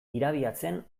irabiatzen